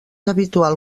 habitual